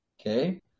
okay